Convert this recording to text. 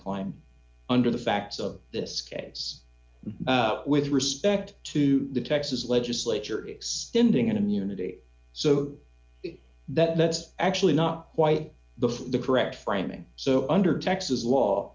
lying under the facts of this case with respect to the texas legislature in doing an immunity so that that's actually not quite the the correct framing so under texas law